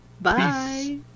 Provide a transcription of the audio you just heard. Bye